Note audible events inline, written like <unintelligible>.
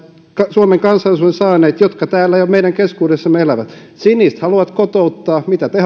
suomen kansalaisuuden saaneet jotka täällä jo meidän keskuudessamme elävät siniset haluavat kotouttaa mitä te <unintelligible>